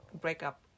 breakup